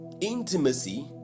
Intimacy